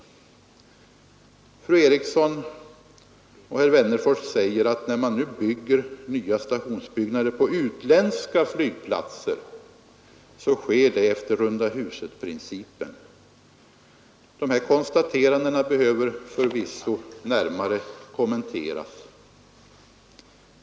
Fru Eriksson och herr Wennerfors säger att när man nu bygger nya stationsbyggnader på utländska flygplatser sker det efter rundahusprincipen. Dessa konstateranden behöver förvisso närmare kommenteras.